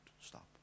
stop